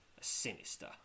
sinister